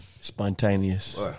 Spontaneous